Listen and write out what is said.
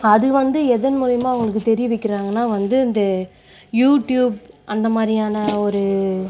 அது வந்து எதன் மூலிமா அவங்களுக்கு தெரிய வைக்கிறாங்கனால் வந்து இந்த யூடியூப் அந்தமாதிரியான ஒரு